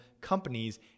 companies